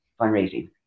fundraising